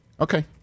Okay